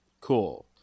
Cool